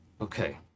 Okay